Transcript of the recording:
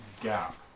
gap